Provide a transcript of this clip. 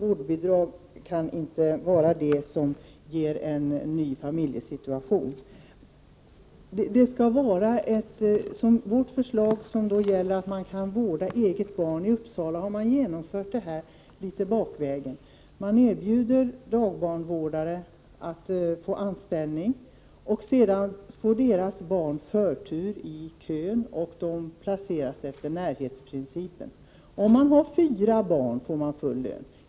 Vårdbidrag kan inte åstadkomma en ny familjesituation. Vårt förslag gäller att man kan vårda eget barn. I Uppsala har man genomfört det litet grand bakvägen. Man erbjuder dagbarnvårdare att få anställning, och deras barn får förtur i kön och placeras efter närhetsprincipen. Om man har fyra barn får man full lön.